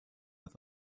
with